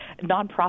nonprofit